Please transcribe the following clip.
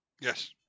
Yes